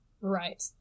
right